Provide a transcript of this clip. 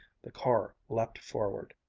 the car leaped forward.